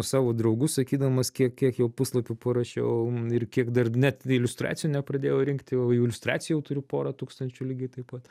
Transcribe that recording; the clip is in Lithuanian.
savo draugus sakydamas kiek kiek jau puslapių parašiau ir kiek dar net iliustracijų nepradėjau rinkti jau iliustracijų turiu porą tūkstančių lygiai taip pat